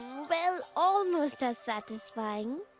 well, almost as satisfying.